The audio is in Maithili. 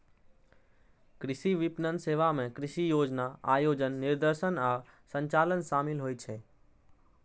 कृषि विपणन सेवा मे कृषि योजना, आयोजन, निर्देशन आ संचालन शामिल होइ छै